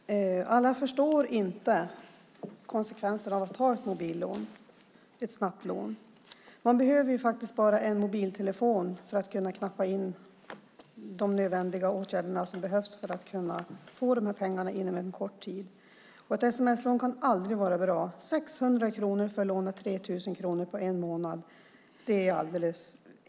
Herr talman! Alla förstår inte konsekvensen av att ta ett mobillån, ett snabbt lån. Man behöver bara en mobiltelefon för att knappa in de nödvändiga uppgifter som behövs för att kunna få pengar inom en kort tid. Ett sms-lån kan aldrig vara bra. Att betala 600 kronor för att låna 3 000 kronor en månad är helt fel.